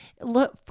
Look